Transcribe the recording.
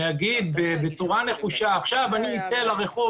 להגיד בצורה נחושה שעכשיו אני אצא לרחוב